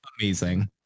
amazing